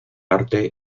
arte